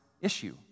issue